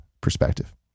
perspective